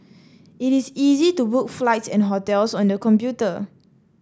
it is easy to book flights and hotels on the computer